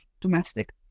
domestic